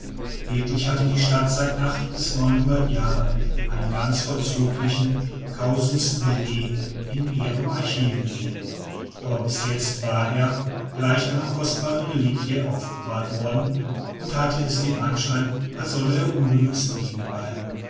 wirklich hatte die stadt seit acht bis neunhundert jahren einen ganz vorzüglichen casus belli in ihrem archive liegen aber bis jetzt war er gleich einer kostbaren reliquie aufbewahrt worden und hatte es den anschein als solle er unbenutzt liegen bleiben